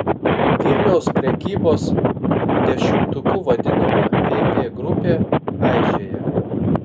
vilniaus prekybos dešimtuku vadinama vp grupė aižėja